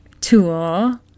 tool